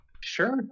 Sure